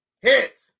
hit